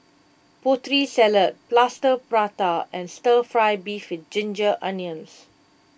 Putri Salad Plaster Prata and Stir Fry Beef with Ginger Onions